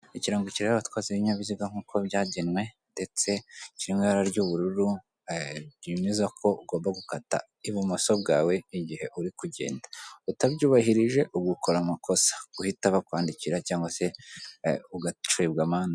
Ikirango kireba abatwara ibinyabiziga nk'uko byagenwe ndetse kimwera ry'ubururu byemeza ko ugomba gukata ibumoso bwawe igihe uri kugenda. Utabyubahirije ubwo ukora amakosa guhita bakwandikira cyangwa se ugacibwa amande.